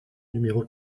numéro